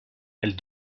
elle